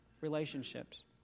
relationships